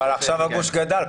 אבל עכשיו אמרו שגדל.